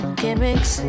gimmicks